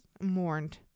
mourned